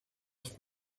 neuf